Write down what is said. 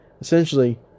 essentially